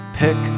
pick